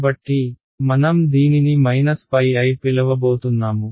కాబట్టి మనం దీనిని i పిలవబోతున్నాము